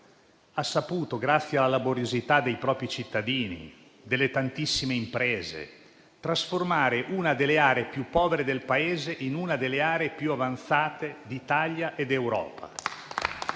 grazie alla laboriosità dei propri cittadini e delle sue tantissime imprese, ha saputo trasformare una delle aree più povere del Paese in una delle aree più avanzate d'Italia e d'Europa.